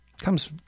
comes